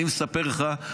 אני מספר לך,